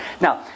Now